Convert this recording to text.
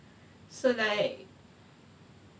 so like